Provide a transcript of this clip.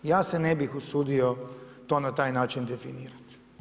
Ja se ne bih usudio to na taj način definirati.